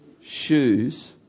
shoes